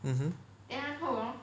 mmhmm